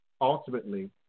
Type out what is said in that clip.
ultimately